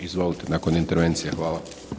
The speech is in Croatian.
Izvolite, nakon intervencije, hvala.